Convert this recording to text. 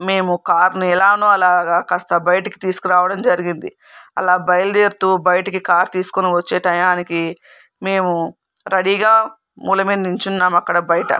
మేము కారుని ఎలాగో అలాగా కాస్త బయటకి తీసుకు రావడం జరిగింది అలా బయలుదేరుతూ కారుని బయటకి కారుని తీసుకుని వచ్చే టయానికి మేము రెడీగా మూల మీద నిల్చున్నాము అక్కడ బయట